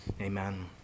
Amen